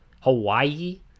Hawaii